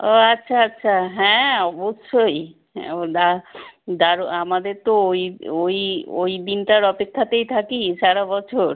ও আচ্ছা আচ্ছা হ্যাঁ অবশ্যই হ্যাঁ দা দারো আমাদের তো ওই ওই ওই দিনটার অপেক্ষাতেই থাকি সারা বছর